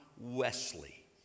wesley